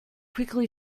quickly